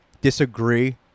disagree